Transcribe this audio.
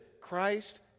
Christ